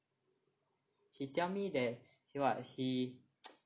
he tell me that what he